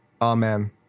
Amen